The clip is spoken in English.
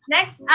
Next